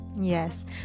Yes